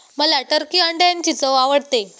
मला टर्की अंड्यांची चव आवडते